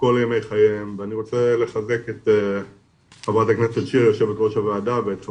ימי חייהם ואני רוצה לחזק את ח"כ שיר יו"ר הוועדה ואת כל